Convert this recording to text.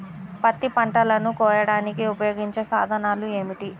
పత్తి పంటలను కోయడానికి ఉపయోగించే సాధనాలు ఏమిటీ?